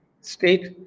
state